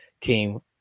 came